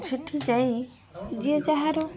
ସେଠି ଯାଇ ଯିଏ ଯାହାର